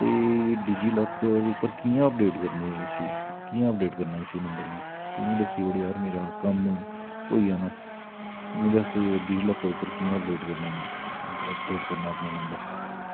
ते DigiLocker पर कियां अपडेट करदे इसी कियां अपडेट करना इसी नम्बर गी मिगी दस्सी ओड़ जार कम्म होई जाना मिगी दस डिजीलॉकर पर कियां अपडेट करना अपडेट करना अपनी नंबर